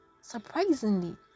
surprisingly